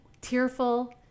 tearful